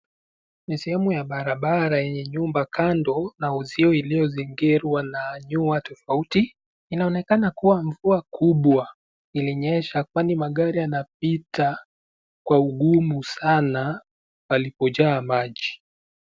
Sehemu ya barabara yenye nyumba kando, na uzio uliozingirwa na nyua tofauti. Inaonekana kua mvua mkubwa ulinyesha kwani magari yanapita kwa ugumu sana palipo jaa maji.